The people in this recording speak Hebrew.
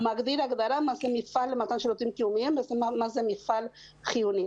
הוא מגדיר מה זה מפעל למתן שירותים קיומיים ומה זה מפעל חיוני.